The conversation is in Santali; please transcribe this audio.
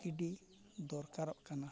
ᱟᱹᱰᱤ ᱫᱚᱨ ᱠᱟᱨᱚᱜ ᱠᱟᱱᱟ